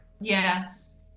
Yes